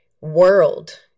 world